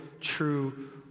true